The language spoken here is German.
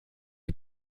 die